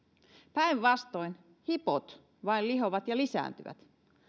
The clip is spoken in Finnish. päinvastoin hipot vain lihovat ja lisääntyvät